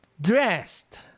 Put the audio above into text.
dressed